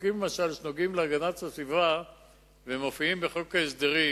למשל בחוקים שנוגעים להגנת הסביבה ומופיעים בחוק ההסדרים,